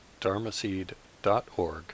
dharmaseed.org